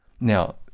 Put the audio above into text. Now